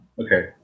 Okay